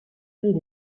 بیل